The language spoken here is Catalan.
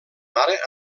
mare